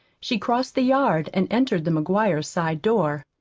she crossed the yard and entered the mcguires' side door.